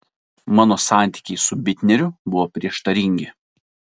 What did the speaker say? mano santykiai su bitneriu buvo prieštaringi